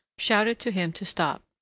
shouted to him to stop.